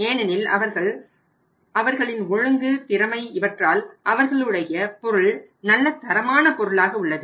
ஏனெனில் அவர்களின் ஒழுங்கு திறமை இவற்றால் அவர்களுடைய பொருள் நல்ல தரமான பொருளாக உள்ளது